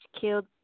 killed